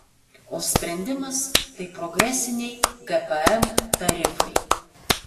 o sprendimas tai progresiniai gpm tarifai